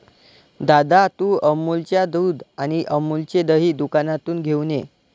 दादा, तू अमूलच्या दुध आणि अमूलचे दही दुकानातून घेऊन ये